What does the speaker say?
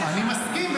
אני מסכים,